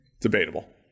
Debatable